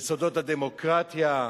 יסודות הדמוקרטיה,